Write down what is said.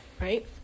right